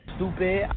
Stupid